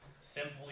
simply